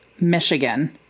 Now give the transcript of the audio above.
Michigan